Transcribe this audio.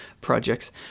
projects